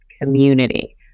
community